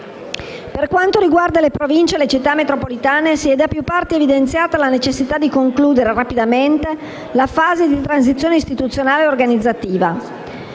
Per quanto riguarda le Province e le Città metropolitane si è da più parti evidenziata la necessità di concludere rapidamente la fase di transizione istituzionale e organizzativa,